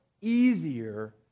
easier